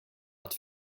att